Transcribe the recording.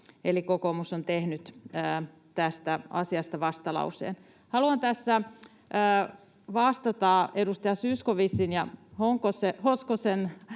Eli kokoomus on tehnyt tästä asiasta vastalauseen. Haluan tässä vastata edustaja Zyskowiczin ja Hoskosen